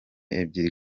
ebyiri